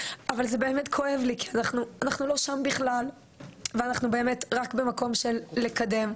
אבל זה באמת כואב לי כי אנחנו לא שם בכלל ואנחנו באמת רק במקום של לקדם.